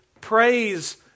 praise